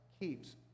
keeps